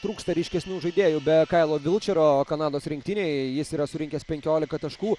trūksta ryškesnių žaidėjų be kailo vilčero kanados rinktinėje jis yra surinkęs penkiolika taškų